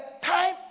time